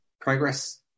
progress